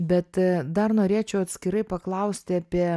bet dar norėčiau atskirai paklausti apie